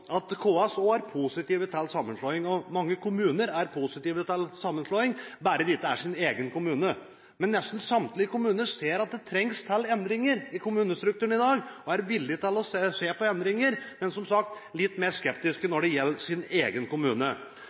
at KS også er positiv til sammenslåing. Mange kommuner er positive til sammenslåing – bare det ikke gjelder deres egen kommune. Nesten samtlige kommuner ser at det trengs endringer i kommunestrukturen i dag, og er villige til å se på endringer, men de er som sagt litt mer skeptiske når det gjelder deres egen kommune.